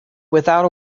without